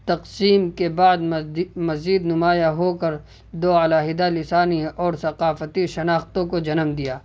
تقسیم کے بعد مزید نمایاں ہو کر دو علیحدہ لسانی اور ثقافتی شناختوں کو جنم دیا